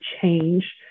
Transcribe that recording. change